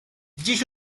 dziś